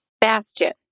Bastion